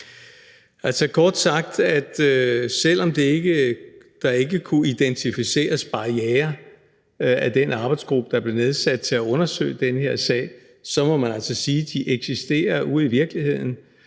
det sådan, at selv om der ikke kunne identificeres barrierer af den arbejdsgruppe, der blev nedsat til at undersøge den her sag, må man altså sige, at de eksisterer ude i virkeligheden.